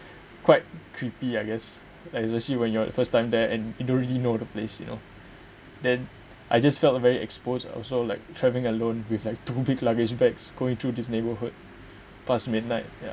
quite creepy I guess especially when your first time there and you don't really know the place you know then I just felt very exposed also like travelling alone with like two big luggage bags going through this neighborhood past midnight yeah